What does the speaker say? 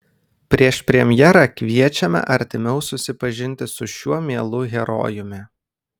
prieš premjerą kviečiame artimiau susipažinti su šiuo mielu herojumi